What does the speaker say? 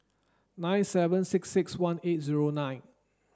nine seven six six one eight zero nine